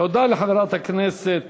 תודה לחברת הכנסת